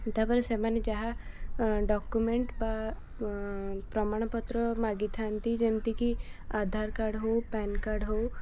ତାପରେ ସେମାନେ ଯାହା ଡକୁମେଣ୍ଟ ବା ପ୍ରମାଣପତ୍ର ମାଗିଥାନ୍ତି ଯେମିତି କି ଆଧାର କାର୍ଡ଼ ହଉ ପ୍ୟାନ କାର୍ଡ଼ ହଉ